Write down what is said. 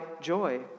joy